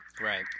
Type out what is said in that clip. Right